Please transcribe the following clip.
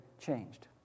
changed